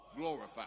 glorified